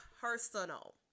personal